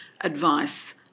advice